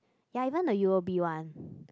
ya even the U_O_B one